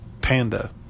Panda